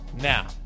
Now